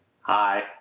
Hi